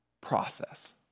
process